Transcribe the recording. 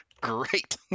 Great